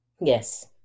Yes